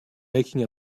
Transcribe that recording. making